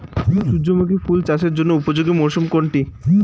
সূর্যমুখী ফুল চাষের জন্য উপযোগী মরসুম কোনটি?